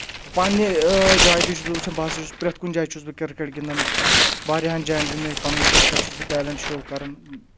پنٕنہِ جایہِ تہِ چھُس بہٕ وٕچھان بہٕ ہسا چھُس پرؠتھ کُنہِ جایہِ چھُس بہٕ کِرکٹ گنٛدان واریہن جاین گِنٛدنٕکۍ پَنُن کِرکٹ چھُس بہٕ ٹیلنٹ شو کران